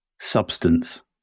substance